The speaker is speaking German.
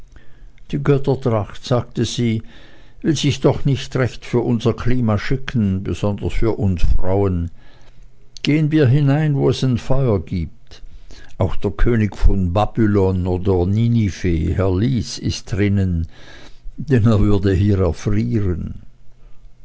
die göttertracht sagte sie will sich doch nicht recht für unser klima schicken besonders für uns frauen gehen wir hinein wo es ein feuer gibt auch der könig von babylon oder ninive herr lys ist drinnen denn er würde hier erfrieren